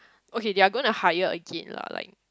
okay they are to doing to hire a gate lah like